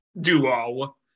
duo